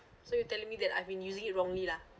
so you telling me that I've been using it wrongly lah